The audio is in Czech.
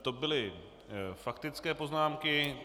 To byly faktické poznámky.